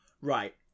Right